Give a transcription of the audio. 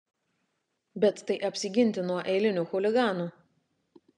bet tai apsiginti nuo eilinių chuliganų